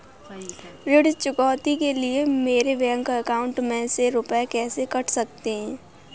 ऋण चुकौती के लिए मेरे बैंक अकाउंट में से रुपए कैसे कट सकते हैं?